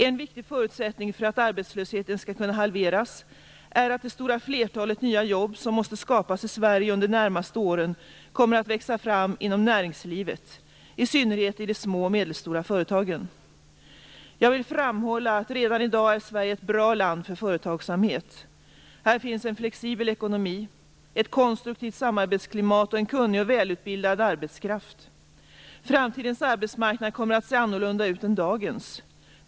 En viktig förutsättning för att arbetslösheten skall kunna halveras är att det stora flertalet nya jobb som måste skapas i Sverige under de närmaste åren kommer att växa fram inom näringslivet, i synnerhet i de små och medelstora företagen. Jag vill framhålla att redan i dag är Sverige ett bra land för företagsamhet. Här finns en flexibel ekonomi, ett konstruktivt samarbetsklimat och en kunnig och välutbildad arbetskraft. Framtidens arbetsmarknad kommer att se annorlunda ut än dagens.